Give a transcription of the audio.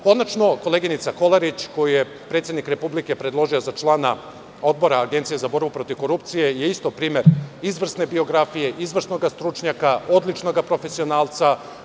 Konačno, koleginica Kolariću, koju je predsednik republike predložio za člana Odbora Agencije za borbu protiv korupcije je isto primer izvrsne biografije, izvrsnoga stručnjaka, odličnog profesionalca.